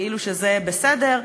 כאילו שזה בסדר.